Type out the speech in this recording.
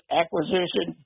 acquisition